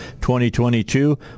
2022